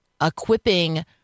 equipping